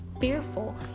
fearful